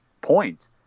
point